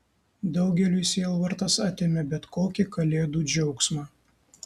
daugeliui sielvartas atėmė bet kokį kalėdų džiaugsmą